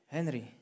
Henry